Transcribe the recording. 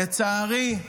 לצערי,